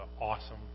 awesome